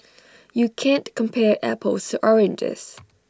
you can't compare apples to oranges